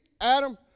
Adam